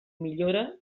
millora